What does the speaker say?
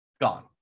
gone